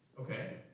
okay.